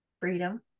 Freedom